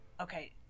Okay